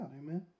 amen